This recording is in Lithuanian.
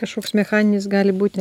kažkoks mechaninis gali būti